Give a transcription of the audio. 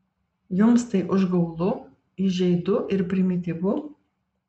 jums tai užgaulu įžeidu ir primityvu